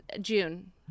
June